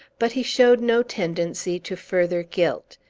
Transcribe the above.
but he showed no tendency to further guilt.